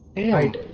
eight